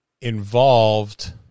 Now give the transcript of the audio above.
involved